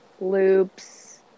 loops